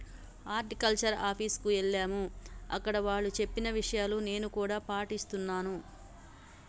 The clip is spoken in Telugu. హార్టికల్చర్ ఆఫీస్ కు ఎల్లాము అక్కడ వాళ్ళు చెప్పిన విషయాలు నేను కూడా పాటిస్తున్నాను